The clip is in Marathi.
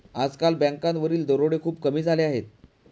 आजकाल बँकांवरील दरोडे खूप कमी झाले आहेत